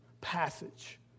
passage